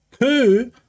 Two